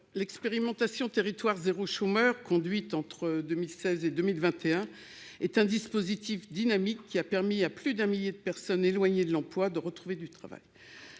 l'expérimentation territoire zéro chômeur conduite entre 2016 et 2021, est un dispositif dynamique qui a permis à plus d'un millier de personnes éloignées de l'emploi, de retrouver du travail,